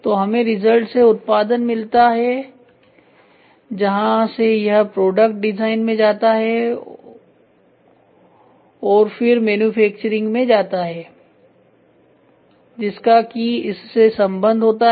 तो हमें रिजल्ट से उत्पादन मिलता है जहां से यह प्रोडक्ट डिजाइन में जाता है और फिर मैन्युफैक्चरिंग में जाता है जिसका कि इससे संबंध होता है